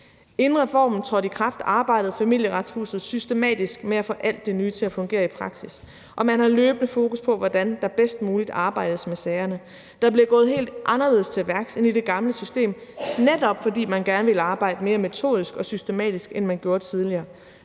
Inden reformen trådte i kraft, arbejdede Familieretshuset systematisk med at få alt det nye til at fungere i praksis, og man har løbende fokus på, hvordan der bedst muligt arbejdes med sagerne. Der bliver gået helt anderledes til værks end i det gamle system, netop fordi man gerne ville arbejde mere metodisk og systematisk, end man gjorde tidligere,